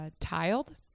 tiled